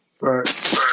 Right